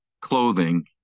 clothing